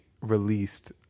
released